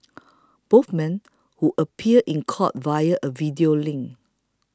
both men who appeared in court via a video link